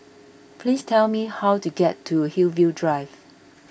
please tell me how to get to Hillview Drive